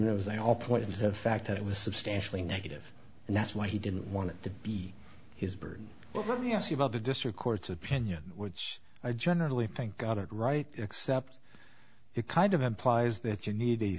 was they all point to the fact that it was substantially negative and that's why he didn't want it to be his burden but let me ask you about the district court's opinion which i generally think got it right except it kind of implies that you need